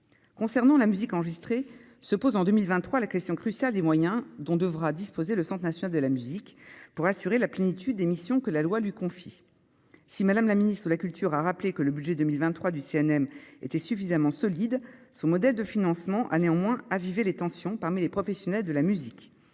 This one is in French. Concernant la musique enregistrée, se pose en 2023 la question cruciale des moyens dont devra disposer le Centre national de la musique pour assurer la plénitude émission que la loi lui confie si Madame la Ministre de la Culture a rappelé que le budget 2023 du CNM était suffisamment solide, ce modèle de financement a néanmoins aviver les tensions parmi les professionnels de la musique,